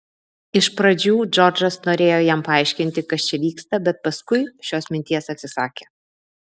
iš pradžių džordžas norėjo jam paaiškinti kas čia vyksta bet paskui šios minties atsisakė